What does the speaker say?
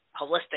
holistic